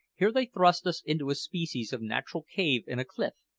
here they thrust us into a species of natural cave in a cliff,